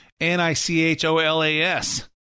N-I-C-H-O-L-A-S